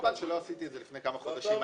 חבל שלא עשיתי את זה לפני כמה חודשים,